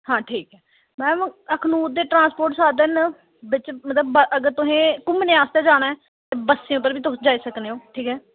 हां ठीक ऐ मैम अखनूर दे ट्रांसपोर्ट साधन न बिच मतलब अगर तुसें घुम्मने आस्तै जाना ऐ बस्सें उप्पर बी तुस जाई सकने ओ ठीक ऐ